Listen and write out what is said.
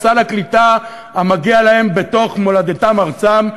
סל הקליטה המגיע להם בתוך מולדתם-ארצם,